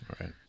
right